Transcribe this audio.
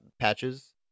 patches